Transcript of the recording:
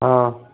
हाँ